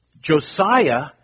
Josiah